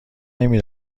نمی